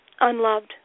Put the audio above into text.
unloved